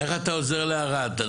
איך אתה עוזר לערד?